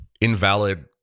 invalid